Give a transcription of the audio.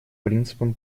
принципом